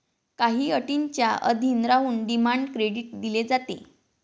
काही अटींच्या अधीन राहून डिमांड क्रेडिट दिले जाते